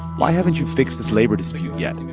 why haven't you fixed this labor dispute yet?